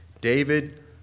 David